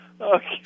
Okay